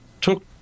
took